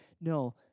No